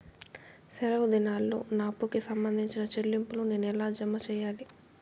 సెలవు దినాల్లో నా అప్పుకి సంబంధించిన చెల్లింపులు నేను ఎలా జామ సెయ్యాలి?